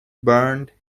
burned